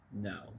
no